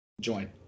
join